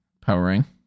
powering